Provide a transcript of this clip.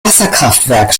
wasserkraftwerk